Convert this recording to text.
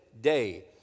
day